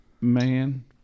Man